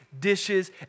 dishes